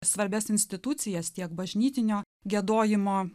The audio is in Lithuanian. svarbias institucijas tiek bažnytinio giedojimo